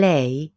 Lei